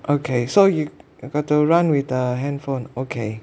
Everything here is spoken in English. okay so you got to run with the handphone okay